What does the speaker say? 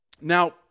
Now